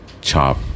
chop